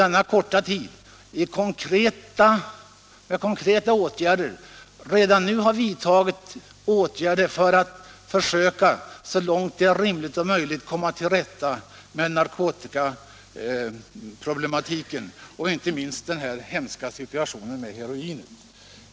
Den regeringen tillträdde sitt ämbete i höstas, men den har redan nu vidtagit konkreta åtgärder för att så långt som det är möjligt komma till rätta med narkotikaproblemen, inte minst den hemska heroinsituationen.